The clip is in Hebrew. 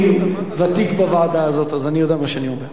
אני ותיק בוועדה הזאת, אז אני יודע מה שאני אומר.